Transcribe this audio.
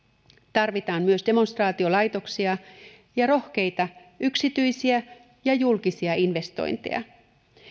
tarvitaan myös demonstraatiolaitoksia ja rohkeita yksityisiä ja julkisia investointeja